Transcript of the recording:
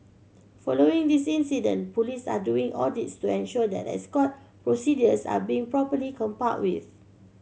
following the this incident police are doing audits to ensure that escort procedures are being properly complied with